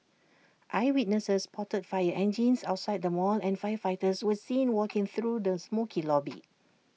eyewitnesses spotted fire engines outside the mall and firefighters were seen walking through the smokey lobby